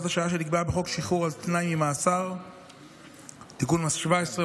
השעה שנקבעה בחוק שחרור על תנאי ממאסר (תיקון מס 17,